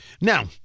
Now